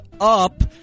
up